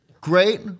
Great